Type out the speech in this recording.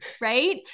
Right